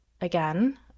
again